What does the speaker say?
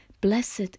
Blessed